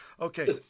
Okay